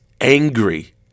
angry